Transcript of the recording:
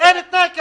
אין תנאי כזה.